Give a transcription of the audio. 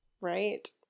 Right